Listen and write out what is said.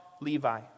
Levi